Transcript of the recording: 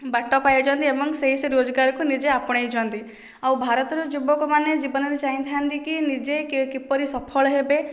ବାଟ ପାଇଛନ୍ତି ଏବଂ ସେଇ ସେ ରୋଜଗାର କୁ ନିଜେ ଆପଣେଇଛନ୍ତି ଆଉ ଭାରତର ଯୁବକ ମାନେ ଜୀବନରେ ଚାହିଁଥାନ୍ତି କି ନିଜେ କିପରି ସଫଳ ହେବେ